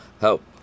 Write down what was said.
help